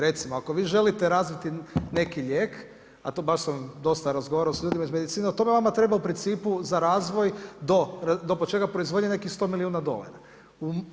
Recimo, ako vi želite razviti neki lijek a to baš sam dosta razgovarao s ljudima iz medicine to vam treba u principu za razvoj do početka proizvodnje nekih 100 milijuna dolara.